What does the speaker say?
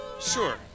Sure